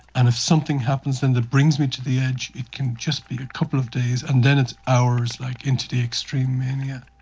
and if something happens that brings me to the edge it can just be a couple of days and then it's hours, like, into the extreme mania.